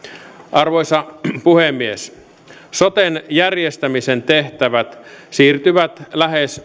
arvoisa puhemies soten järjestämisen tehtävät siirtyvät lähes